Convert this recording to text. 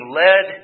led